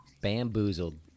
Bamboozled